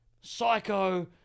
psycho